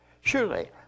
Surely